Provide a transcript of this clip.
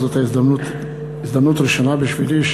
זאת הזדמנות ראשונה בשבילי,